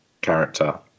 character